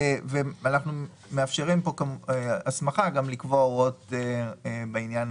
אנחנו מאפשרים הסמכה לקבוע הוראות בעניין